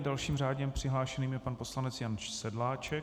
Dalším řádně přihlášeným je pan poslanec Jan Sedláček.